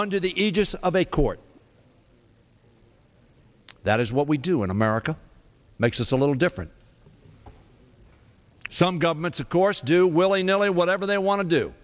under the aegis of a court that is what we do in america makes us a little different some governments of course do willy nilly whatever they want to do